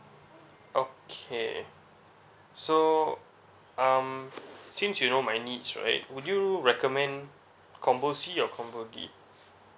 okay so um since you know my needs right would you recommend combo C or combo D